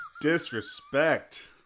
Disrespect